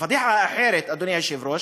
הפדיחה האחרת, אדוני היושב-ראש: